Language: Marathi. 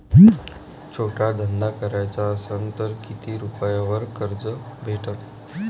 छोटा धंदा कराचा असन तर किती रुप्यावर कर्ज भेटन?